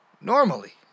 normally